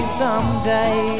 someday